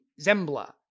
Zembla